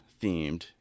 themed